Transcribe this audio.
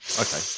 Okay